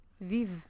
vive